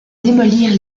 démolir